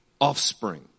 offspring